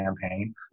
campaign